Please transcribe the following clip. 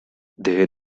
their